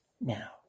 now